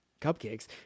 cupcakes